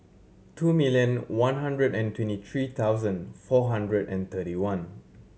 two million one hundred and twenty three thousand four hundred and thirty one